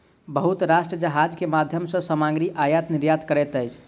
बहुत राष्ट्र जहाज के माध्यम सॅ सामग्री आयत निर्यात करैत अछि